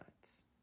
nuts